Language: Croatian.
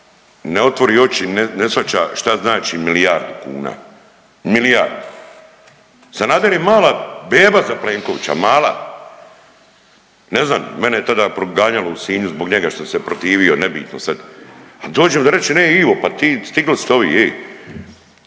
ne otvori oči, ne shvaća šta znači milijardu kuna, milijardu. Sanader je mala beba za Plenkovića, mala. Ne znam, mene je tada proganjalo u Sinju zbog njega što sam se protivio, nebitno sad. Ali dođe mi da rečem e Ivo, pa ti, stigli su te ovi,